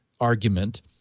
argument